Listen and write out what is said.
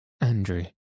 Andrew